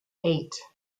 eight